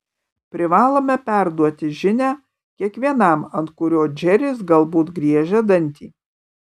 privalome perduoti žinią kiekvienam ant kurio džeris galbūt griežia dantį